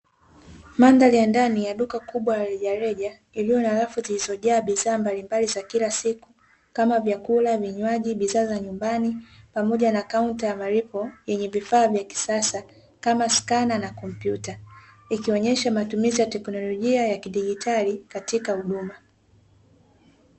Mandhari ya ndani ya duka kubwa la reja reja, iliyo na rafu ziliyojaa bidhaa mbalimbali za kila siku, kama vyakula, vinywaji, bidhaa za nyumbani, pamoja na kaunta ya malipo yenye vifaa vya kisasa, kama skana na kompyuta. ikionyesha matumizi ya teknolojia ya kidijitali katika huduma.